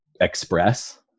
express